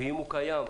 ואם הוא קיים,